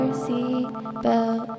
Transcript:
seatbelt